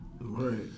Right